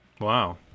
Wow